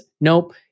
nope